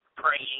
praying